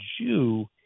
Jew